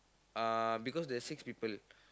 uh because there's six people